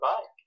Bye